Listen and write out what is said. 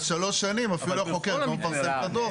אז אפילו שלוש שנים אפילו החוקר לא מפרסם את הדוח.